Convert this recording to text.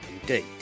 indeed